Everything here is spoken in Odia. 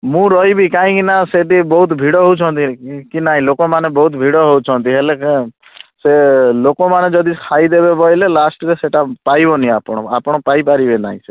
ମୁଁ ରହିବି କାହିଁକିନା ସେଠି ବହୁତ ଭିଡ଼ ହେଉଛନ୍ତି କି ନାହିଁ ଲୋକମାନେ ବହୁତ ଭିଡ଼ ହେଉଛନ୍ତି ହେଲେ ସେ ଲୋକମାନେ ଯଦି ଖାଇଦେବେ ବୋଇଲେ ଲାଷ୍ଟରେ ସେଟା ପାଇବନି ଆପଣ ଆପଣ ପାଇପାରିବେ ନାହିଁ